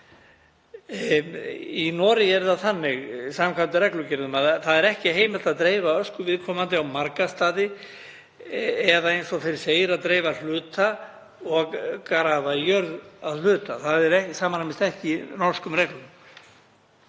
Í Noregi er það þannig, samkvæmt reglugerðum, að ekki er heimilt að dreifa ösku viðkomandi á marga staði, eða eins og fyrr segir að dreifa að hluta og grafa í jörð að hluta. Það samræmist ekki norskum reglum.